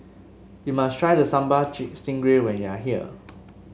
you must try the Sambal Stingray when you are here